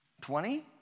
twenty